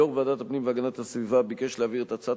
יושב-ראש ועדת הפנים והגנת הסביבה ביקש להעביר את הצעת